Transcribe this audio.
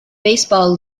baseball